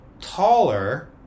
taller